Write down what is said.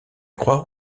croix